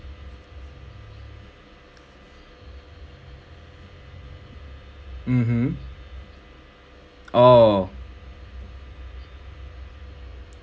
mmhmm oh